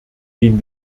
den